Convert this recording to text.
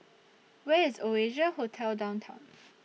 Where IS Oasia Hotel Downtown